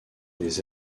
des